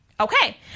Okay